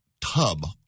tub